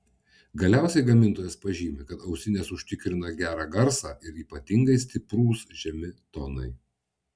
galiausiai gamintojas pažymi kad ausinės užtikrina gerą garsą ir ypatingai stiprūs žemi tonai